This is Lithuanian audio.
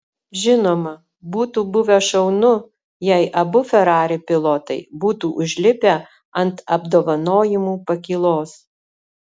žinoma būtų buvę šaunu jei abu ferrari pilotai būtų užlipę ant apdovanojimų pakylos